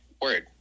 Word